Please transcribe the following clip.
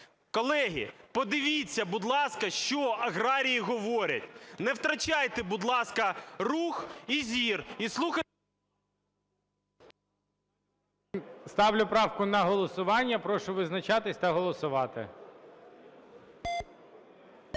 Колеги, подивіться, будь ласка, що аграрії говорять. Не втрачайте, будь ласка, рух і зір і слухайте… ГОЛОВУЮЧИЙ. Ставлю правку на голосування. Прошу визначатись та голосувати.